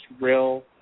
real